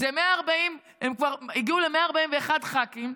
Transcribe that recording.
הם כבר הגיעו ל-141 ח"כים,